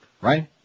Right